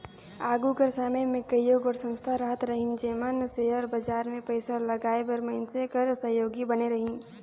आघु कर समे में कइयो गोट संस्था रहत रहिन जेमन सेयर बजार में पइसा लगाए बर मइनसे कर सहयोगी बने रहिन